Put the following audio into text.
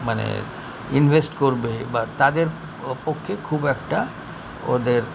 মানে ইনভেস্ট করবে বা তাদের পক্ষে খুব একটা ওদের